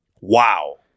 Wow